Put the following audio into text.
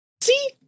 See